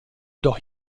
doch